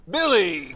Billy